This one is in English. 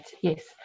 Yes